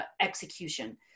execution